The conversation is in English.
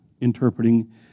interpreting